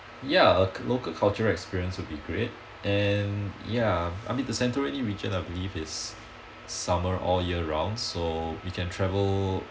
ya uh local cultural experience will be great and ya I mean the santorini region I believe is summer all year round so you can travel